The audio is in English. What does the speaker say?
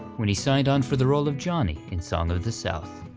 when he signed on for the role of johnny in song of the south.